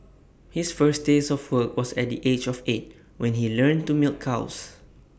his first taste of work was at the age of eight when he learned to milk cows